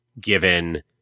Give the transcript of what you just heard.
given